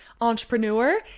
entrepreneur